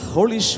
Holy